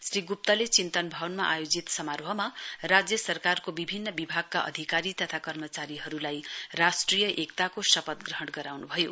श्री गुप्तले चिन्तन भवनमा आयोजित समारोह राज्य सरकारको विभिन्न विभागका अधिकारी तथा कर्मचारीहरुलाई राष्ट्रिय एकताको शपथ ग्रहण गराउनुभयो